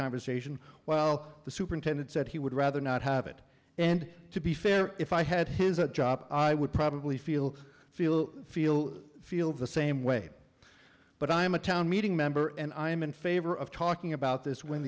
conversation while the superintendent said he would rather not have it and to be fair if i had his a job i would probably feel feel feel feel the same way but i am a town meeting member and i am in favor of talking about this when